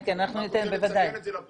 אני רק רוצה לציין את זה לפרוטוקול,